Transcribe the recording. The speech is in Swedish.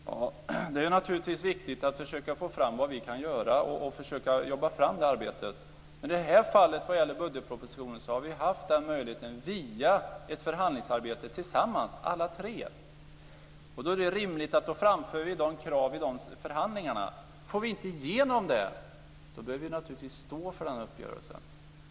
Fru talman! Det är naturligtvis viktigt att försöka få fram vad vi kan göra. Men när det gäller budgetpropositionen har vi ju tillsammans alla tre haft den möjligheten via ett förhandlingsarbete. Då är det rimligt att vi framför våra krav i de förhandlingarna. Om vi inte får igenom dem bör vi naturligtvis stå för uppgörelsen.